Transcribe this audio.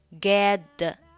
get